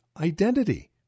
identity